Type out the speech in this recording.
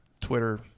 twitter